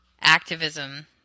activism